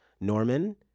Norman